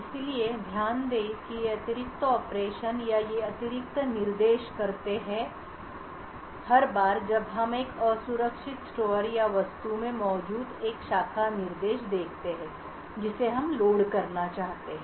इसलिए ध्यान दें कि ये अतिरिक्त ऑपरेशन या ये अतिरिक्त निर्देश करते हैं हर बार जब हम एक असुरक्षित स्टोर या वस्तु में मौजूद एक शाखा निर्देश देखते हैं जिसे हम लोड करना चाहते हैं